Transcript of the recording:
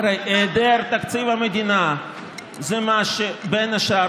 הרי היעדר תקציב המדינה זה מה שבין השאר